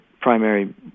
primary